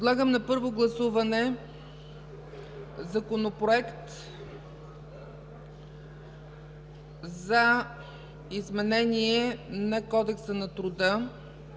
Подлагам на първо гласуване Законопроект за изменение на Кодекса на труда,